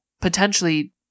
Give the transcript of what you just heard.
potentially